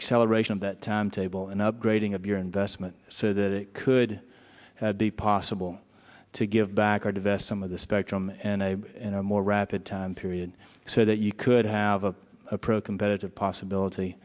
acceleration of that timetable and upgrading of your investment so that it could be possible to give back or divest some of the spectrum in a more rapid time period so that you could have a pro competitive possibility